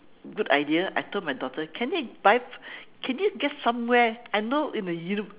good idea I told my daughter can you buy can you get somewhere I know in the univ~